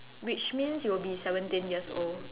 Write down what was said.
which means you'll be seventeen years old